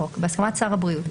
החוק) בהסכמת שר הבריאות,